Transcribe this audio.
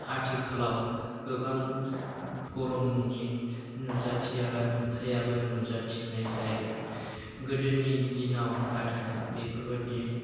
आथिखालाव गोबां गरमनि नुजाथिया नुथायाबो नुजाथिनाय जायो गोदोनि दिनाव नाथाय बेफोरबादि